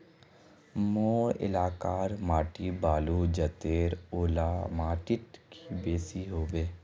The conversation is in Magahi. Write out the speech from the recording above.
मोर एलाकार माटी बालू जतेर ओ ला माटित की बेसी हबे?